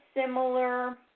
similar